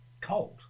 cold